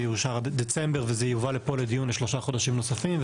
יאושר עד דצמבר וזה יובא לפה לדיון לשלושה חודשים נוספים,